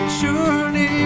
surely